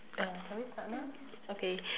uh can we start now okay